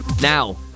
Now